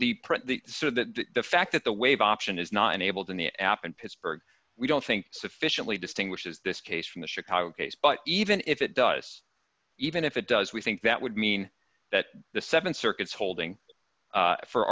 that the fact that the wave option is not enabled in the app and pittsburgh we don't think sufficiently distinguishes this case from the chicago case but even if it does even if it does we think that would mean that the seven circuits holding